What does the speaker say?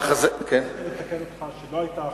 אני רוצה לתקן אותך שלא היתה החלטה,